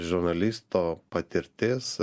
žurnalisto patirtis